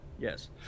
Yes